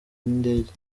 n’indege